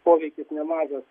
poveikis nemažas